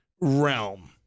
realm